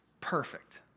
perfect